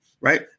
Right